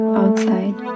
outside